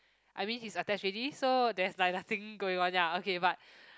I mean he's attached already so there is like nothing going on ya okay but